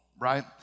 right